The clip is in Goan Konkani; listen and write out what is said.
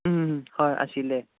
हय आशिल्ले